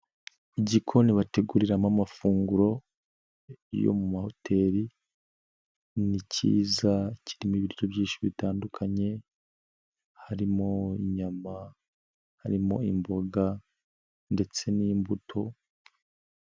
Igikoni bateguriramo amafunguro yo mu mahoteli ni kiza, kirimo ibiryo byinshi bitandukanye, harimo inyama, harimo imboga ndetse n'imbuto.